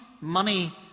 money